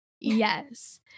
Yes